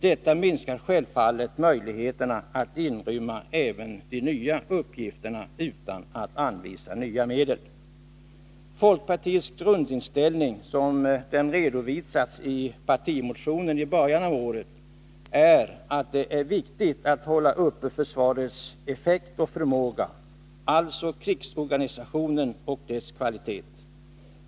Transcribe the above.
Detta minskar självfallet möjligheten att inrymma även de nya uppgifterna utan att anvisa nya medel. Folkpartiets grundinställning är — såsom den redovisades redan i partimotionen i början av året — att det är viktigt att hålla uppe försvarets effekt och förmåga, alltså krigsorganisationen och dess kvalitet.